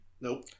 Nope